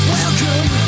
Welcome